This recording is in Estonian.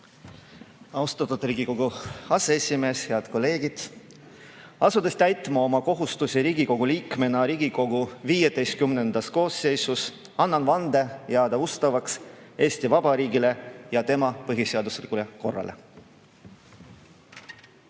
Austatud Riigikogu aseesimees! Head kolleegid! Asudes täitma oma kohustusi Riigikogu liikmena Riigikogu XV koosseisus, annan vande jääda ustavaks Eesti Vabariigile ja tema põhiseaduslikule korrale.